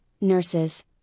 nurses